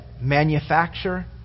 manufacture